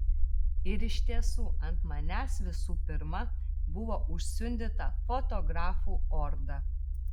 ir iš tiesų ant manęs visų pirma buvo užsiundyta fotografų orda